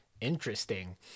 interesting